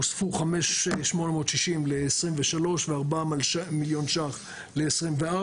הוספו 5.860 ל-2023 ו-4 מיליון ש"ח ל-2024.